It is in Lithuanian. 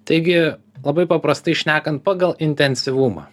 taigi labai paprastai šnekant pagal intensyvumą